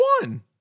one